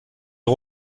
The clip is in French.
des